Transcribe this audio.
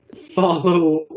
follow